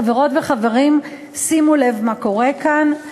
חברות וחברים, שימו לב מה קורה כאן.